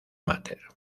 máter